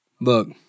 Look